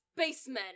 spacemen